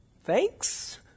thanks